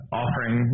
offering